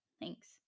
Thanks